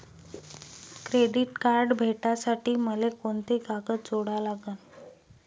Credit card भेटासाठी मले कोंते कागद जोडा लागन?